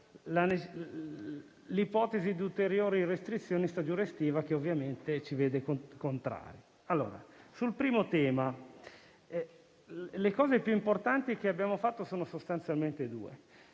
l'ipotesi di ulteriori restrizioni nella stagione estiva, che ovviamente ci vede contrari. Quanto al primo tema, le cose più importanti che abbiamo fatto sono sostanzialmente due.